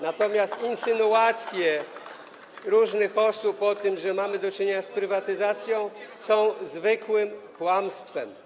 Natomiast insynuacje różnych osób o tym, że mamy do czynienia z prywatyzacją, są zwykłym kłamstwem.